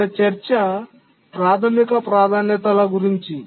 ఇక్కడ చర్చ ప్రాథమిక ప్రాధాన్యతల గురించి